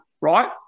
right